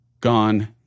gone